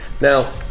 Now